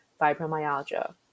fibromyalgia